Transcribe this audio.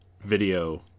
video